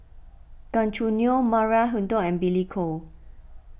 Gan Choo Neo Maria Hertogh and Billy Koh